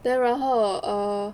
then 然后 err